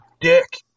dick